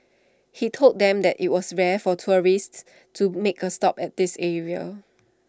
he told them that IT was rare for tourists to make A stop at this area